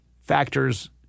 factors